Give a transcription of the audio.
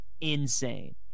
insane